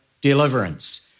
deliverance